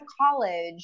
college